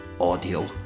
audio